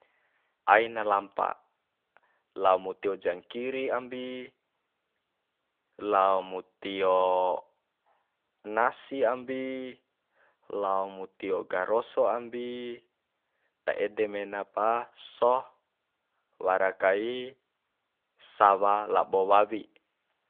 Aina lampa lao mu tio jangkiri ambi lao mu tio nasi ambi laomu tio garoso ambi ta ede mena pa so wara kai sawa labo wawi